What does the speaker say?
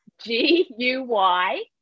g-u-y